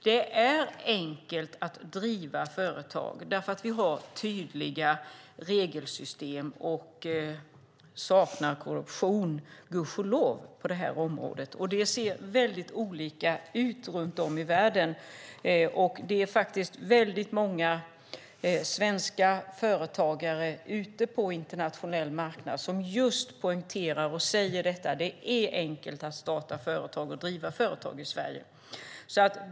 Det är enkelt att driva företag därför att vi har tydliga regelsystem och saknar korruption, gudskelov, på det här området. Det ser väldigt olika ut runt om i världen. Det är väldigt många svenska företagare ute på den internationella marknaden som poängterar att det är enkelt att starta och driva företag i Sverige.